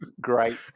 Great